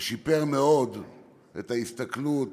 ושיפר מאוד את ההסתכלות